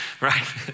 right